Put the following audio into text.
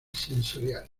sensorial